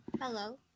Hello